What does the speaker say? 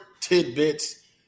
tidbits